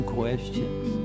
questions